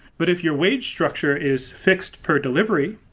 but if your wage structure is fixed per delivery,